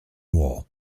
wall